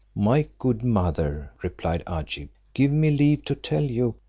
my good mother, replied agib, give me leave to tell you,